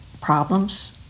problems